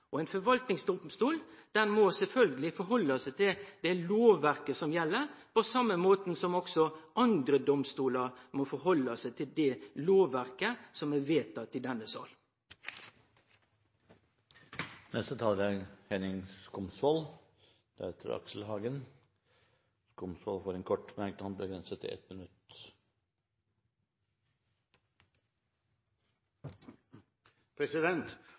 tvist. Ein forvaltningsdomstol må sjølvsagt halde seg til det lovverket som gjeld, på same måten som også andre domstolar må halde seg til det lovverket som er vedteke i denne salen. Representanten Henning Skumsvoll har hatt ordet to ganger tidligere og får ordet til en kort merknad, begrenset til 1 minutt.